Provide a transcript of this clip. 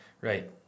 right